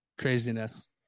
Craziness